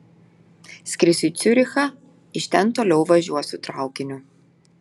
skrisiu į ciurichą iš ten toliau važiuosiu traukiniu